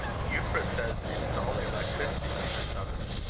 euphra says it is only electricity, mr. sutherland.